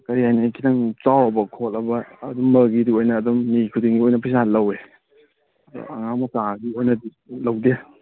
ꯀꯔꯤ ꯍꯥꯏꯅꯤ ꯈꯤꯇꯪ ꯆꯥꯎꯕ ꯈꯣꯠꯂꯕ ꯑꯗꯨꯝꯕꯒꯤꯗꯤ ꯑꯣꯏꯅ ꯑꯗꯨꯝ ꯃꯤ ꯈꯨꯗꯤꯡꯒꯤ ꯑꯣꯏꯅ ꯄꯩꯁꯥ ꯂꯧꯋꯤ ꯑꯗꯣ ꯑꯉꯥꯡ ꯃꯆꯥꯒꯤ ꯑꯣꯏꯅꯗꯤ ꯂꯧꯗꯦ